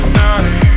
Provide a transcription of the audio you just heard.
night